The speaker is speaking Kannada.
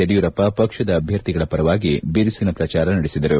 ಯಡಿಯೂರಪ್ಪ ಪಕ್ಷದ ಅಭ್ಯರ್ಥಿಗಳ ಪರವಾಗಿ ಬಿರುಸಿನ ಪ್ರಚಾರ ನಡೆಸಿದರು